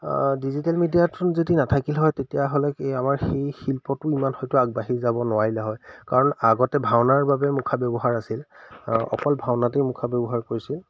digital মিডিয়াত যদি নাথাকিল হয় তেতিয়াহ'লে কি আমাৰ সেই শিল্পটো ইমান হয়তো আগবাঢ়ি যাব নোৱাৰিলে হয় কাৰণ আগতে ভাওনাৰ বাবে মুখা ব্যৱহাৰ আছিল অকল ভাওনাতেই মুখা ব্যৱহাৰ কৰিছিল